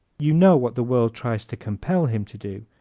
you know what the world tries to compel him to do.